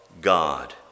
God